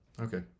okay